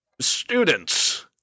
Students